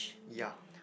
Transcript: ya